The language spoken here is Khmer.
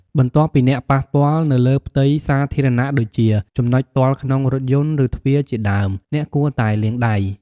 បន្ទាប់ពី អ្នកប៉ះពាល់នៅលើផ្ទៃសាធារណៈដូចជា ចំណុចទាល់ក្នុងរថយន្ត ឬទ្វារជាដើម អ្នកគួរតែលាងដៃ។